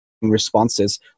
responses